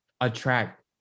attract